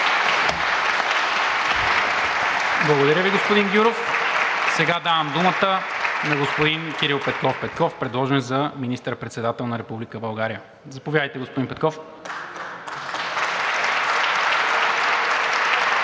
Благодаря Ви, господин Гюров. Сега давам думата на господин Кирил Петков Петков, предложен за министър-председател на Република България. Заповядайте, господин Петков.